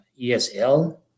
ESL